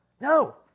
no